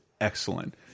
excellent